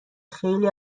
خیلی